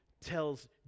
tells